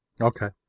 okay